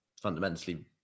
fundamentally